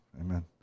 Amen